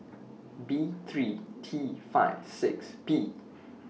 B three T five six P